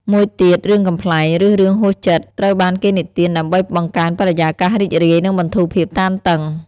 មួយទៀត រឿងកំប្លែង ឬរឿងហួសចិត្ត ត្រូវបានគេនិទានដើម្បីបង្កើនបរិយាកាសរីករាយ និងបន្ធូរភាពតានតឹង។